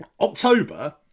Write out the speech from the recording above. October